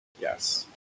yes